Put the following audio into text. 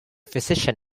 physician